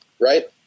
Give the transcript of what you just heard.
right